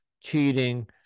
cheating